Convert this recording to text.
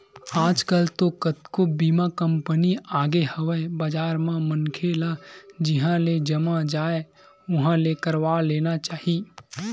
आजकल तो कतको बीमा कंपनी आगे हवय बजार म मनखे ल जिहाँ ले जम जाय उहाँ ले करवा लेना चाही